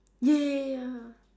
ya ya ya ya